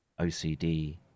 OCD